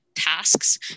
tasks